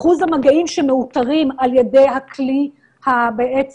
אחוז המגעים שמאותרים על די הכלי החלופי,